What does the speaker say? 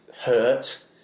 hurt